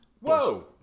Whoa